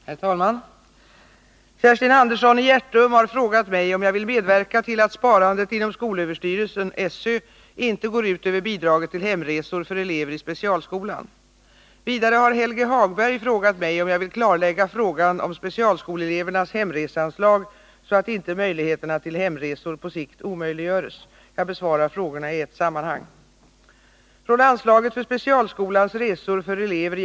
Herr talman! Kerstin Andersson i Hjärtum har frågat mig om jag vill medverka till att sparandet inom skolöverstyrelsen inte går ut över bidraget till hemresor för elever i specialskolan. Vidare har Helge Hagberg frågat mig om jag vill klarlägga frågan om specialskolelevernas hemreseanslag, så att inte möjligheterna till hemresor på sikt omöjliggöres. Jag besvarar frågorna i ett sammanhang.